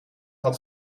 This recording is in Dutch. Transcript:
had